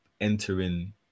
entering